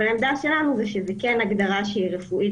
אבל העמדה שלנו זה שזה כן הגדרה שהיא רפואית